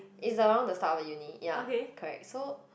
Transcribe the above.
it's around the start of uni ya correct so